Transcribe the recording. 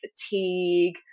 fatigue